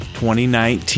2019